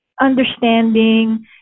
understanding